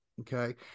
Okay